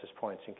points